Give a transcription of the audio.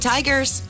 Tigers